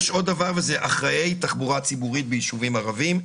וזה אחראי תחבורה ציבורית בישובים ערביים.